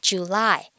July